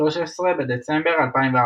13 בדצמבר 2014